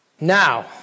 Now